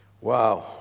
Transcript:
Wow